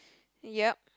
ya